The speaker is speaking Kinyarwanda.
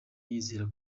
yizera